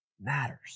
Matters